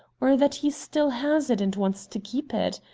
or that he still has it and wants to keep it?